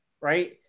Right